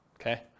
Okay